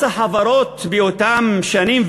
מס החברות באותן שנים,